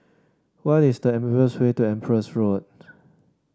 what is the easiest way to Empress Road